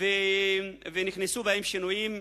ונכנסו בהם שינויים,